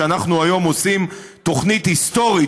שאנחנו היום עושים תוכנית היסטורית,